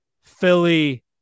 Philly